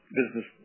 business